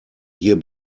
hier